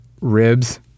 ribs